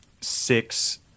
six